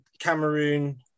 Cameroon